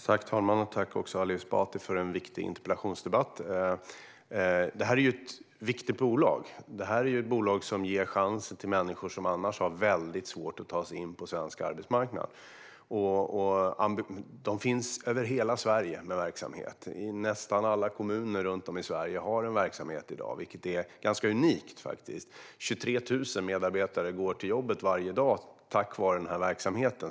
Fru talman! Tack för en viktig interpellationsdebatt, Ali Esbati! Detta är ett viktigt bolag. Det är ett bolag som ger människor som annars har väldigt svårt att ta sig in på svensk arbetsmarknad en chans. Bolaget har verksamhet i nästan hela Sverige; nästan alla kommuner runt om i Sverige har en sådan verksamhet i dag, vilket faktiskt är ganska unikt. Det är 23 000 medarbetare som går till jobbet varje dag tack vare den här verksamheten.